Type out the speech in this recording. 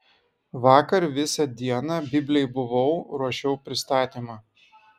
vakar visą dieną biblėj buvau ruošiau pristatymą